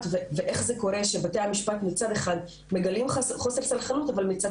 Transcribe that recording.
ואיך זה קורה שבתי המשפט מצד אחד מגלים חוסר סלחנות אבל מצד